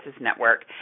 Network